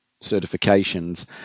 certifications